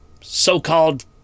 so-called